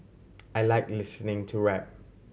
I like listening to rap